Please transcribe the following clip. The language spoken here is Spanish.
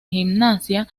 gimnasia